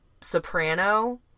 soprano